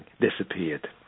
disappeared